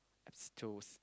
absetos